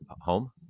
home